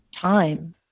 time